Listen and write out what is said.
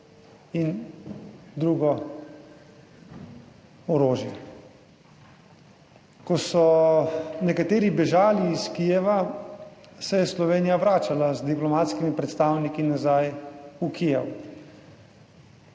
in drugo orožje. Ko so nekateri bežali iz Kijeva, se je Slovenija vračala z diplomatskimi predstavniki nazaj v Kijev.